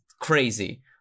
crazy